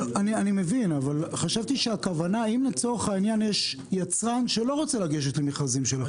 אני מבין אבל אם לצרוך העניין יש יצרן שלא רוצה לגשת למכרזים שלכם?